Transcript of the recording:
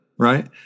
Right